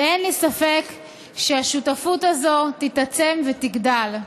ואין לי ספק שהשותפות הזאת תתעצם ותגדל.